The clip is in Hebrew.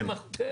כן.